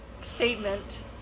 statement